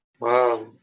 Wow